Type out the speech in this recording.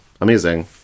amazing